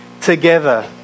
together